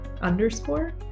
underscore